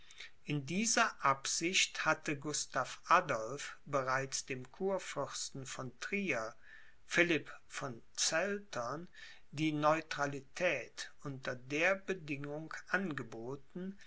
in dieser absicht hatte gustav adolph bereits dem kurfürsten von trier philipp von zeltern die neutralität unter der bedingung angeboten